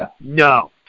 No